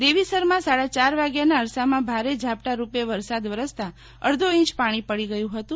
દેવીસરમાં સાડા ચાર વાગ્યાના અરસામાં ભારે ઝાપટાં રૂપે વરસાદ વરસતાં અડધો ઇંચ પાણી પડી ગયું હતું